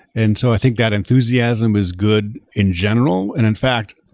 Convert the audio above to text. and so i think that enthusiasm was good in general. and in fact,